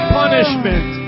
punishment